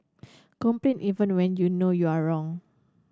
complain even when you know you are wrong